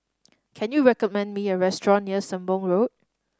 can you recommend me a restaurant near Sembong Road